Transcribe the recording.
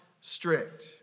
strict